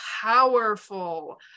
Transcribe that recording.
powerful